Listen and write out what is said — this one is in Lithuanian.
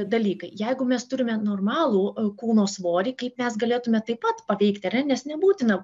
dalykai jeigu mes turime normalų kūno svorį kaip mes galėtume taip pat paveikti ar ne nes nebūtina